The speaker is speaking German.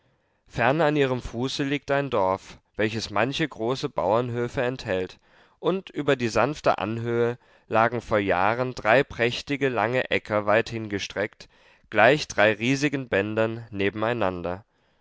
fern an ihrem fuße liegt ein dorf welches manche große bauernhöfe enthält und über die sanfte anhöhe lagen vor jahren drei prächtige lange äcker weithingestreckt gleich drei riesigen bändern nebeneinander